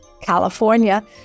California